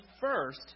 first